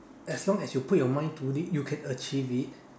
as long you put your mind to it you can achieve it